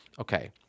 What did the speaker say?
okay